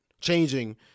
changing